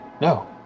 No